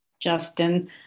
Justin